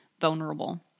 vulnerable